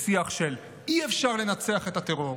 לשיח של אי-אפשר לנצח את הטרור.